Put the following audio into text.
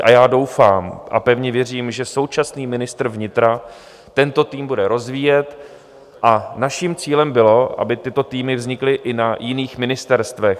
A já doufám a pevně věřím, že současný ministr vnitra tento tým bude rozvíjet a naším cílem bylo, aby tyto týmy vznikly i na jiných ministerstvech.